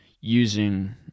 using